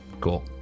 Cool